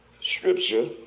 scripture